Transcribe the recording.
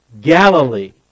Galilee